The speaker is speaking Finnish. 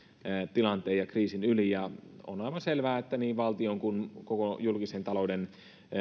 tilanteen ja kriisin yli on aivan selvää että niin valtion kuin koko julkisen talouden